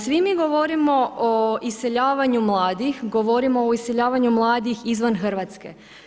Svi mi govorimo o iseljavanju mladih, govorimo o iseljavanju mladih izvan RH.